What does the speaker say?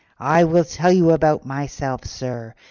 i will tell you about myself, sir,